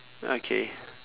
okay